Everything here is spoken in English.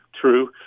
true